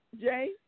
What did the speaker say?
Jay